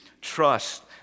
trust